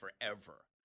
forever